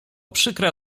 przykra